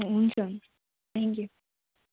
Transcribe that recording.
हुन्छ थ्याङ्कयू